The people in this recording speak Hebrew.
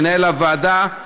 מנהל הוועדה,